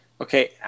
Okay